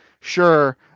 sure